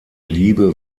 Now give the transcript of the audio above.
liebe